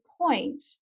point